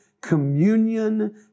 communion